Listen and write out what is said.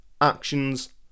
actions